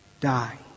die